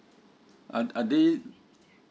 uh are they